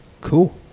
Cool